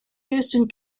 houston